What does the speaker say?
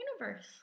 Universe